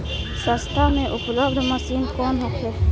सस्ता में उपलब्ध मशीन कौन होखे?